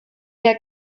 der